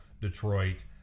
Detroit